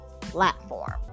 platform